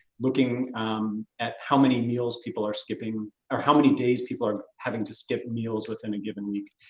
looking at how many meals people are skipping or how many days people are having to skip meals within a given week.